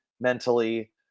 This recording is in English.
mentally